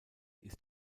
ist